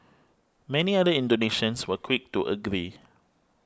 many other Indonesians were quick to agree